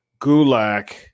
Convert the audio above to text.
gulak